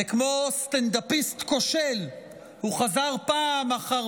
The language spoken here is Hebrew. וכמו סטנדאפיסט כושל הוא חזר פעם אחר